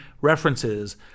references